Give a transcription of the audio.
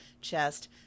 chest